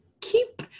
keep